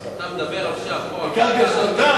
אתה מדבר עכשיו פה על קרקע שדודה?